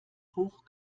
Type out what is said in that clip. hoch